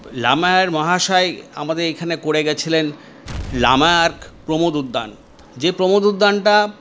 লামায়ার মহাশয় আমাদের এখানে করে গেছিলেন লামায়ার প্রমোদ উদ্যান যে প্রমোদ উদ্যানটা